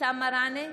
אבתיסאם מראענה,